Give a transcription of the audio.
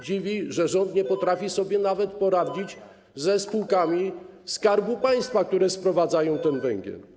Dziwi, że rząd nie potrafi sobie poradzić nawet ze spółkami Skarbu Państwa, które sprowadzają ten węgiel.